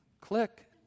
click